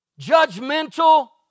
judgmental